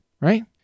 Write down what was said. right